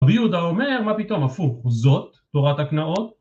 רבי יהודה אומר מה פתאום הפוך זאת תורת הקנאות